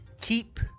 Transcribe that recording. keep